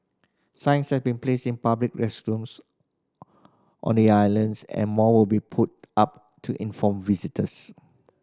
signs have been placed in public restrooms on the islands and more will be put up to inform visitors